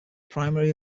primary